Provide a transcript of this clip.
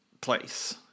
place